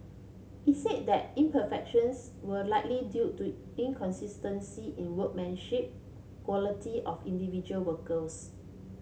it said that imperfections were likely due to inconsistency in workmanship quality of individual workers